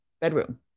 bedroom